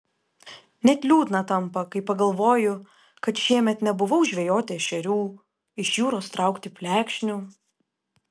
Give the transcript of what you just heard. net liūdna tampa kai pagalvoju kad šiemet nebuvau žvejoti ešerių iš jūros traukti plekšnių